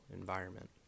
environment